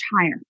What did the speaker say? higher